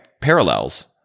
parallels